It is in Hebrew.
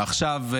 ועכשיו,